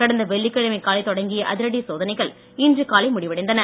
கடந்த வெள்ளிக்கிழமை காலை தொடங்கிய அதிரடி சோதனைகள் இன்று காலை முடிவடைந்தன